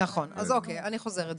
נכון, אז אוקיי, אני חוזרת בי.